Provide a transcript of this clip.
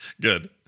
good